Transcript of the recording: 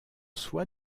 soi